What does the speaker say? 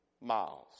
miles